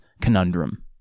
conundrum